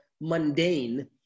mundane